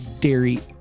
dairy